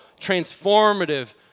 transformative